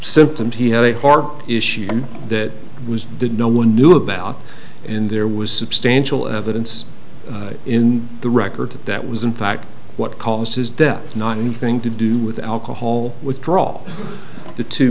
symptoms he had a heart issue that was did no one knew about and there was substantial evidence in the record that was in fact what caused his death not anything to do with alcohol withdrawal the two